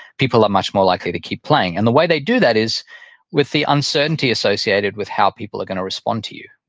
people are much like more likely to keep playing. and the way they do that is with the uncertainty associated with how people are going to respond to you,